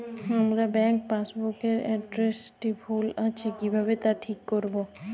আমার bank passbook এর এড্রেসটি ভুল আছে কিভাবে তা ঠিক করবো?